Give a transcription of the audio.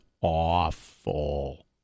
awful